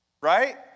Right